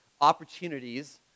opportunities